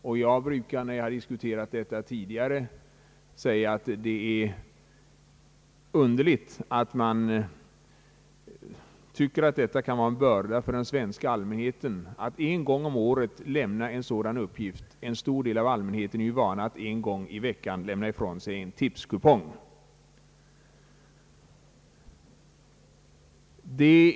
När jag tidi gare har diskuterat detta har jag brukat säga att det är underligt att man tycker att det kan vara en så stor börda för den svenska allmänheten att en gång om året fylla i en mantalsblankett, då en stor del av allmänheten ju har för vana att en gång i veckan fylla i en tipskupong.